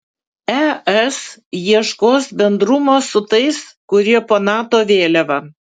es ieškos bendrumo su tais kurie po nato vėliava